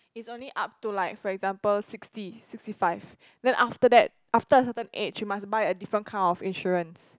it's only up to like for example sixty sixty five then after that after a certain age you must buy a different kind of insurance